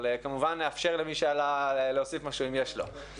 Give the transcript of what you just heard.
אבל כמובן נאפשר למי שעלה להוסיף משהו אם יש לו.